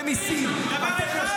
אתם לא